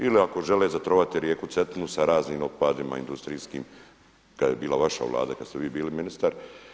Ili ako žele zatrovati rijeku Cetinu sa raznim otpadima industrijskim kada je bila vaša vlada, kada ste vi bili ministar.